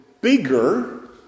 bigger